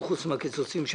הקיצוצים.